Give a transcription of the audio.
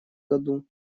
году